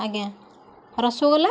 ଆଜ୍ଞା ରସଗୋଲା